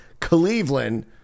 Cleveland